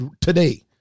today